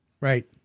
Right